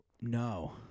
No